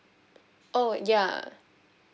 oh ya